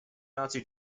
nazi